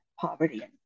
poverty